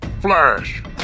Flash